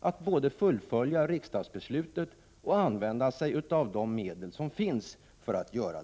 att både fullfölja riksdagens beslut och använda sig av de medel som finns härför.